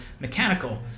mechanical